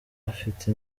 afite